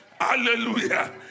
Hallelujah